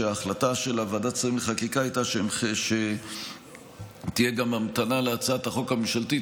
שההחלטה של ועדת שרים לחקיקה הייתה שתהיה גם המתנה להצעת החוק הממשלתית,